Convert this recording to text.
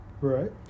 Right